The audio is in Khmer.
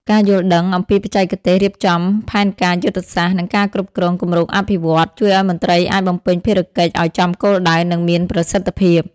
ការយល់ដឹងអំពីបច្ចេកទេសរៀបចំផែនការយុទ្ធសាស្ត្រ និងការគ្រប់គ្រងគម្រោងអភិវឌ្ឍន៍ ជួយឱ្យមន្ត្រីអាចបំពេញភារកិច្ចឱ្យចំគោលដៅ និងមានប្រសិទ្ធភាព។